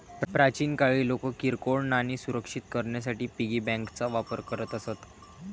प्राचीन काळी लोक किरकोळ नाणी सुरक्षित करण्यासाठी पिगी बँकांचा वापर करत असत